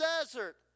desert